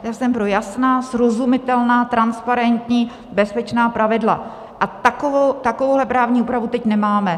Já jsem pro jasná, srozumitelná, transparentní, bezpečná pravidla a takovouhle právní úpravu teď nemáme.